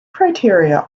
criteria